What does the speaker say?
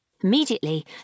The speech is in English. Immediately